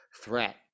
threat